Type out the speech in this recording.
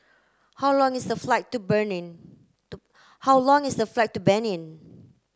how long is the flight to Benin how long is the flight to Benin